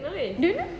don't know